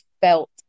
felt